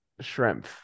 Shrimp